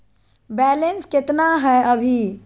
Balance केतना हय अभी?